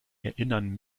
erinnern